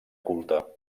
culte